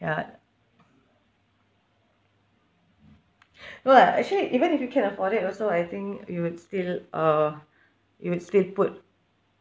ya well actually even if you can afford it also I think you would still uh you would still put